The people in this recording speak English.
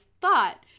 thought